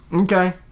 Okay